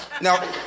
Now